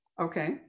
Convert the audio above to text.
Okay